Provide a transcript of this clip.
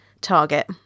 target